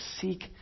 seek